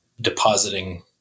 depositing